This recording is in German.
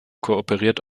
kooperiert